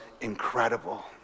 incredible